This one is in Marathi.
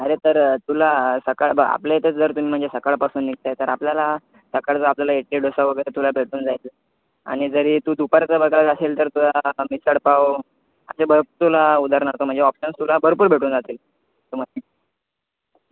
अरे तर तुला सकाळ ब आपल्या इथे जर तुम्ही म्हणजे सकाळपासून निघताय तर आपल्याला सकाळचं आपल्याला इट्टी डोसा वगैरे तुला भेटून जाईल आणि जरी तू दुपारचं बघायला जाशील तर तुला मिसळपाव असे भरपूर तुला उदारणार्थ म्हणजे ऑप्शन्स तुला भरपूर भेटून जातील तुम्हासनी